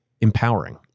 empowering